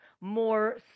more